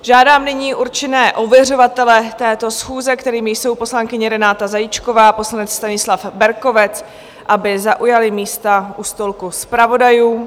Žádám nyní určené ověřovatele této schůze, kterými jsou poslankyně Renáta Zajíčková, poslanec Stanislav Berkovec, aby zaujali místa u stolku zpravodajů.